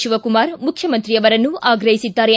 ಶಿವಕುಮಾರ್ ಮುಖ್ಯಮಂತ್ರಿ ಅವರನ್ನು ಆಗ್ರಹಿಸಿದ್ದಾರೆ